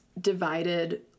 divided